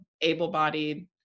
able-bodied